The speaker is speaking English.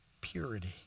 Purity